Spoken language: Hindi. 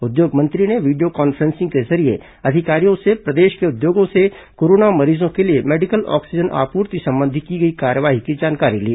उद्योग मंत्री ने वीडियो कॉन्फ्रेंसिंग के जरिये अधिकारियों से प्रदेश के उद्योगों से कोरोना मरीजों के लिए मेडिकल ऑक्सीजन आपूर्ति संबंधी की गई कार्यवाही की जानकारी ली